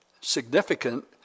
significant